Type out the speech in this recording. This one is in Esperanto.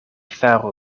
faru